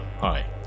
hi